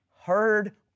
heard